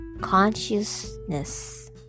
consciousness